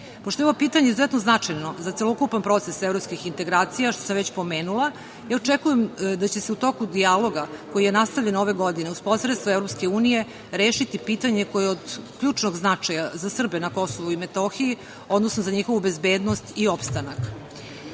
je ovo pitanje izuzetno značajno za celokupan proces evropskih integracija, što sam već pomenula, očekujem da će se u toku dijaloga koji je nastavljen ove godine uz posredstvo EU rešiti pitanje koje je od ključnog značaja za Srbe na KiM, odnosno za njihovu bezbednost i opstanak. Iako